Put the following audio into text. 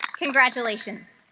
congratulations